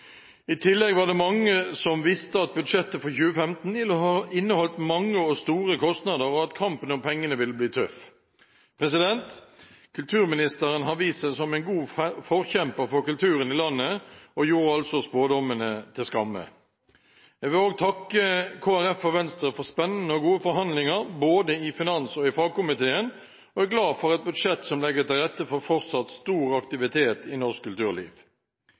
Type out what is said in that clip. I tillegg var det mange som visste at budsjettet for 2015 inneholdt mange og store kostnader, og at kampen om pengene ville bli tøff. Kulturministeren har vist seg som en god forkjemper for kulturen i landet, og hun gjorde spådommene til skamme. Jeg vil også takke Kristelig Folkeparti og Venstre for spennende og gode forhandlinger både i finans- og i fagkomiteen, og er glad for et budsjett som legger til rette for fortsatt stor aktivitet i norsk kulturliv.